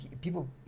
People